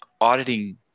auditing